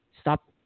stop